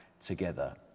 together